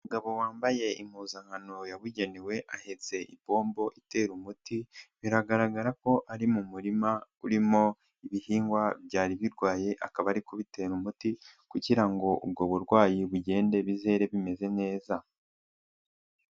Umugabo wambaye impuzankano yabugenewe ahetse ipombo itera umuti, biragaragara ko ari mu murima urimo ibihingwa byari birwaye, akaba ari kubitera umuti kugira ngo ubwo burwayi bugende bizere bimeze neza.